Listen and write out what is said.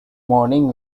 morning